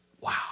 wow